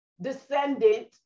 descendant